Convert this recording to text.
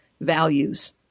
values